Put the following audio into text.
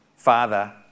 Father